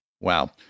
Wow